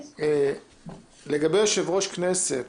לגבי יושב-ראש ועדה,